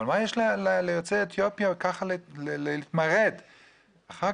אבל מה יש ליוצאי אתיופיה להתמרד ככה.